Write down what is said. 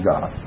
God